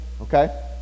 okay